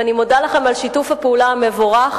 ואני מודה לכם על שיתוף הפעולה המבורך,